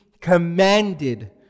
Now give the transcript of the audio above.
commanded